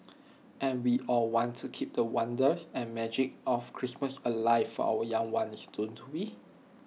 and we all want to keep the wonder and magic of Christmas alive for our young ones don't we